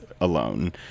alone